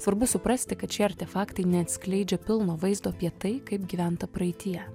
svarbu suprasti kad šie artefaktai neatskleidžia pilno vaizdo apie tai kaip gyventa praeityje